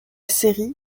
série